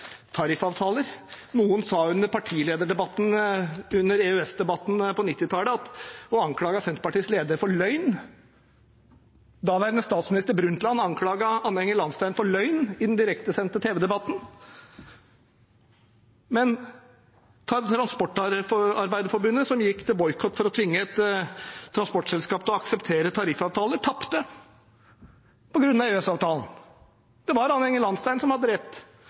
tariffavtaler, noen anklaget i partilederdebatten under EØS-debatten på 1990-tallet Senterpartiets leder for løgn. Daværende statsminister, Harlem Brundtland, anklaget Anne Enger Lahnstein for løgn i den direktesendte tv-debatten. Men Transportarbeiderforbundet, som gikk til boikott for å tvinge et transportselskap til å akseptere tariffavtaler, tapte på grunn av EØS-avtalen. Det var Anne Enger Lahnstein som hadde rett.